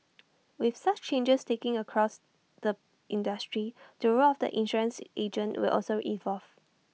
with such changes taking across the industry the role of the insurance agent will also evolve